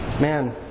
Man